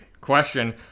question